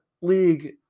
league